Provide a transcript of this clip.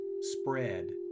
spread